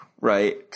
right